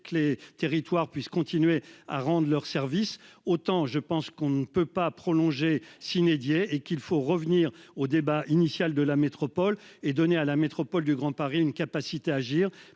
que les territoires puissent continuer à rendent leurs services, autant je pense qu'on ne peut pas prolonger. Et qu'il faut revenir au débat initial de la métropole et donner à la métropole du Grand Paris, une capacité à agir